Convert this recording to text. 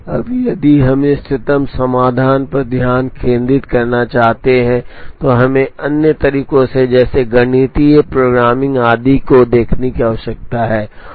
अब यदि हम इष्टतम समाधान पर ध्यान केंद्रित करना चाहते हैं तो हमें अन्य तरीकों जैसे गणितीय प्रोग्रामिंग आदि को देखने की आवश्यकता है